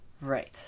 Right